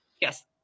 yes